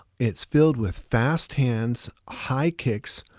it's filled with fast hands, high kicks,